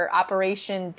operation